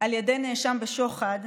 על ידי נאשם בשוחד,